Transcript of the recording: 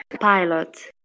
pilot